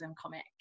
comic